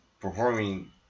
performing